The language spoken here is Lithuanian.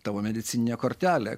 tavo medicininė kortelė